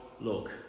look